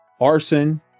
Arson